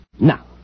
Now